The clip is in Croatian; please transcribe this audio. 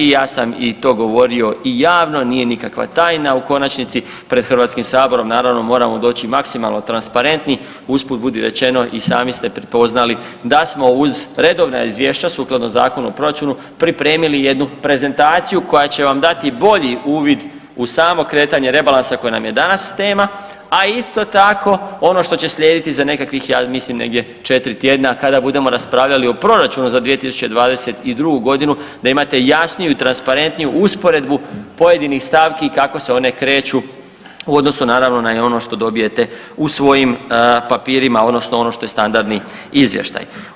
Ja sam i to govorio i javno, nije nikakva tajna, u konačnici pred HS naravno moramo doći maksimalno transparentni, usput budi rečeno i sami ste prepoznali da smo uz redovna izvješća sukladno Zakonu o proračunu pripremili jednu prezentaciju koja će vam dati bolji uvid u samo kretanje rebalansa koji nam je danas tema, a isto tako ono što će slijediti za nekakvih ja mislim negdje 4 tjedna kada budemo raspravljali o proračunu za 2022.g. da imate jasniju i transparentniju usporedbu pojedinih stavki kako se one kreću u odnosu naravno na ono što dobijete u svojim papirima odnosno što je standardni izvještaj.